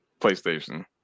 PlayStation